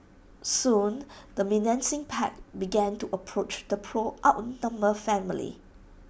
soon the menacing pack began to approach the poor outnumbered family